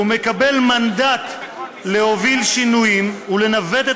ומקבל מנדט להוביל שינויים ולנווט את